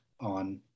on